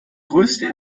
größte